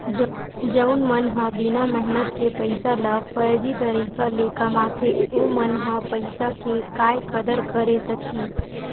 जउन मन ह बिना मेहनत के पइसा ल फरजी तरीका ले कमाथे ओमन ह पइसा के काय कदर करे सकही